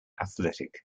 athletic